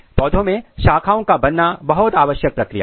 पौधों में शाखाओं का बनना बहुत आवश्यक प्रक्रिया है